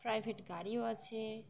private গাড়িও আছে